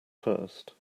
first